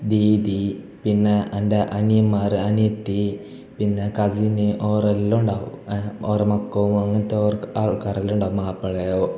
ദീദി പിന്നെ എൻ്റെ അനിയന്മാർ അനിയത്തി പിന്നെ കസിൻ ഓരെല്ലാം ഉണ്ടാകും ഓരെ മക്കോ അങ്ങനത്തെ ഓർക്ക് ആൾക്കാരെല്ലാം ഉണ്ടാകും മാപ്പളയോ